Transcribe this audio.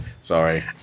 Sorry